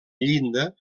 llinda